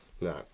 No